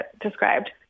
described